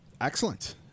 excellent